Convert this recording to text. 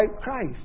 Christ